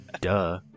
Duh